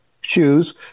shoes